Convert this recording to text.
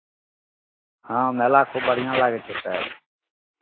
हँ मेला खूब बढ़िआँ लागै छै एतय